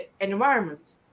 environment